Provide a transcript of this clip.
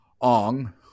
Ong